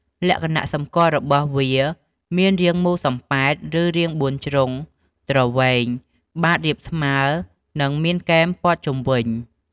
លក្ខណៈសម្គាល់របស់វា មានរាងមូលសំប៉ែត ឬរាងបួនជ្រុងទ្រវែង បាតរាបស្មើ និងមានគែមព័ទ្ធជុំវិញ។